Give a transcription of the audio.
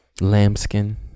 Lambskin